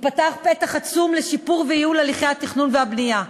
ייפתח פתח עצום לשיפור וייעול של הליכי התכנון והבנייה.